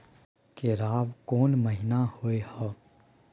केराव कोन महीना होय हय?